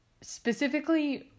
specifically